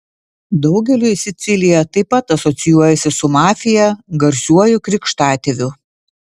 daugeliui sicilija taip pat asocijuojasi su mafija garsiuoju krikštatėviu